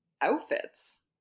outfits